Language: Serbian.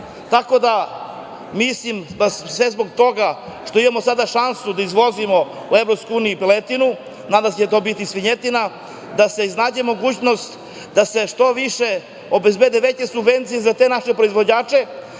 šta je. Mislim da zbog toga što imamo sada šansu da izvozimo u EU piletinu, nadam se da će biti i svinjetina, da se iznađe mogućnost da se što više obezbede veće subvencije za te naše proizvođače,